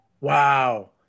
Wow